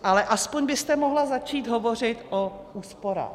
Ale alespoň byste mohla začít hovořit o úsporách.